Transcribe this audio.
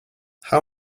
how